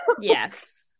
Yes